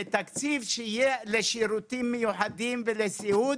לתקציב שיהיה לשירותים מיוחדים ולסיעוד